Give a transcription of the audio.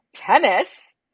tennis